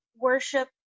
worship